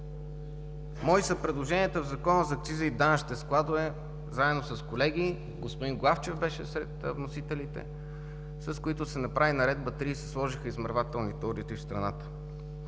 Мои са предложенията в Закона за акцизите и данъчните складове заедно с колеги. Господин Главчев беше сред вносителите. От предложенията се направи Наредба № 30 и се сложиха измервателните уреди в страната.